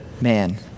man